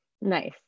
Nice